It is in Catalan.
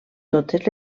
totes